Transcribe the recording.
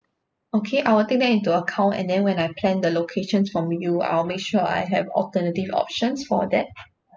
okay I will take that into account and then when I plan the locations for you I'll make sure I have alternative options for that